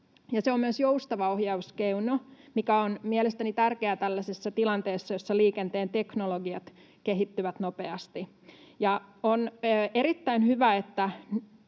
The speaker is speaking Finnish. Se on myös joustava ohjauskeino, mikä on mielestäni tärkeää tällaisessa tilanteessa, jossa liikenteen teknologiat kehittyvät nopeasti. On erittäin hyvä, että